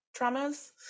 traumas